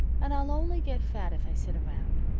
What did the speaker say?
and i'll only get fat if i sit around.